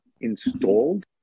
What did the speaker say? installed